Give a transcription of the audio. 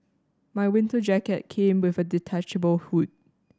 my winter jacket came with a detachable hood